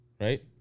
right